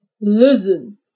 Listen